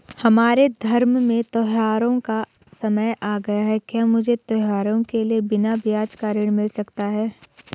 हमारे धर्म में त्योंहारो का समय आ गया है क्या मुझे त्योहारों के लिए बिना ब्याज का ऋण मिल सकता है?